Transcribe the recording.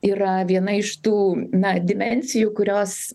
yra viena iš tų na dimensijų kurios